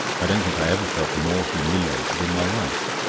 i don't think i ever felt more humiliated in my life,